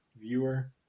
viewer